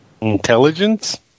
Intelligence